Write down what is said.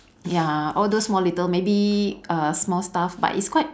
ya all those small little maybe uh small stuff but it's quite